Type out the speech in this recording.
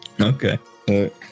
Okay